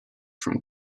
from